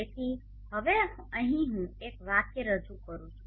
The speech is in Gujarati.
તેથી હવે અહીં હું એક વાક્ય રજૂ કરીશ